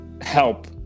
help